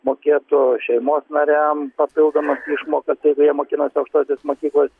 mokėtų šeimos nariam papildomas išmokas jeigu jie mokinasi aukštosios makyklos